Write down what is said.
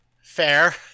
Fair